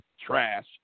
trash